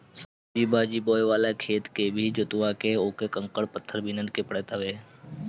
सब्जी भाजी बोए वाला खेत के भी जोतवा के उकर कंकड़ पत्थर बिने के पड़त हवे